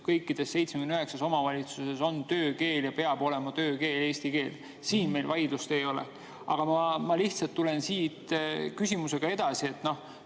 kõigis 79 omavalitsuses on töökeel ja peab olema töökeel eesti keel. Siin meil vaidlust ei ole. Aga ma lihtsalt lähen siit küsimusega edasi. Teie